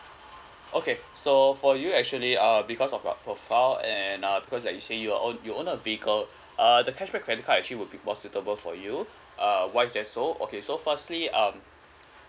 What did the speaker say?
okay so for you actually uh because of your profile and uh because like you say you're own you own a vehicle uh the cashback credit card actually would be more suitable for you uh why is that so okay so firstly um